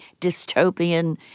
dystopian